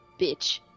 bitch